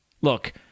Look